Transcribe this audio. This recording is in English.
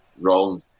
wrong